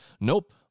Nope